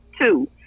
two